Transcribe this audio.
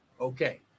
Okay